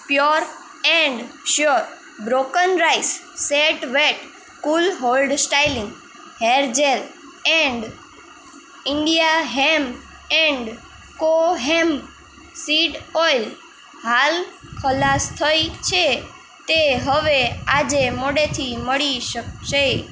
pure and sure broken rice set wet cool hold styling hair gel and India hemp and co hemp seed oil હાલ ખલાસ થઇ છે તે હવે આજે મોડેથી મળી શકશે